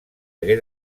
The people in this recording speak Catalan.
hagué